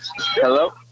Hello